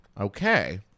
Okay